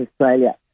Australia